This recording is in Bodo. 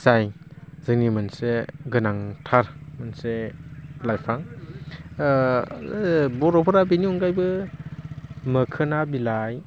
जाय जोंनि मोनसे गोनांथार मोनसे लाइफां बर'फोरा बिनि अनगायैबो मोखोना बिलाइ